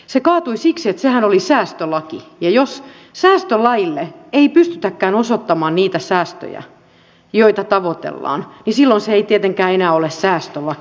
se kaatui siksi että sehän oli säästölaki ja jos säästölailla ei pystytäkään osoittamaan niitä säästöjä joita tavoitellaan niin silloin se ei tietenkään enää ole säästölaki